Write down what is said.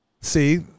See